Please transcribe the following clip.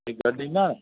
हीअ गॾु इंदा